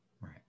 Right